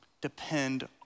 depend